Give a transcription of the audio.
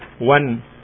one